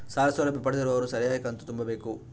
ಸಾಲ ಸೌಲಭ್ಯ ಪಡೆದಿರುವವರು ಸರಿಯಾಗಿ ಕಂತು ತುಂಬಬೇಕು?